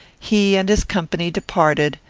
he and his company departed,